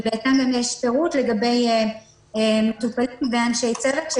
יש פירוט לגבי --- ואנשי צוות,